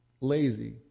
lazy